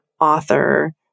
author